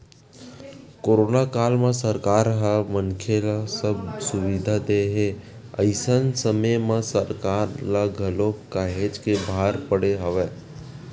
corona काल म सरकार ह मनखे ल सब सुबिधा देय हे अइसन समे म सरकार ल घलो काहेच के भार पड़े हवय